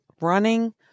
running